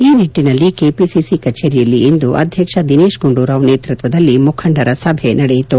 ಈ ನಟ್ಟನಲ್ಲಿ ಕೆಬಸಿಸಿ ಕಚೇರಿಯಲ್ಲಿ ಇಂದು ಅಧ್ಯಕ್ಷ ದಿನೇತ್ ಗುಂಡೂರಾವ್ ನೇತೃತ್ವದಲ್ಲಿ ಮುಖಂಡರ ಸಭೆ ನಡೆಯುತು